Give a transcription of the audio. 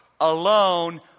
alone